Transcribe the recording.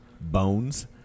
Bones